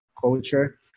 culture